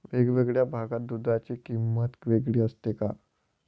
वेगवेगळ्या भागात दूधाची किंमत वेगळी असते का?